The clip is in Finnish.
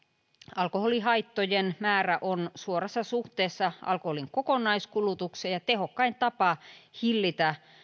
alkoholihaittojen määrä on suorassa suhteessa alkoholin kokonaiskulutukseen ja tehokkain tapa hillitä